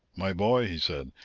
my boy, he said,